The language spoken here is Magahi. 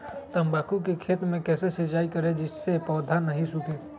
तम्बाकू के खेत मे कैसे सिंचाई करें जिस से पौधा नहीं सूखे?